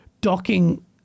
docking